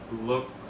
look